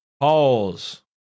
pause